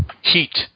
heat